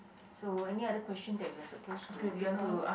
so any other question that we are supposed to pick on